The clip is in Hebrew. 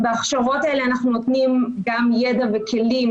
בהכשרות האלה אנחנו נותנים גם ידע וכלים